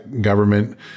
government